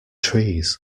trees